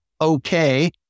okay